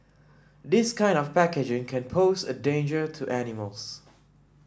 this kind of packaging can pose a danger to animals